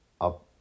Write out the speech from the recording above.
up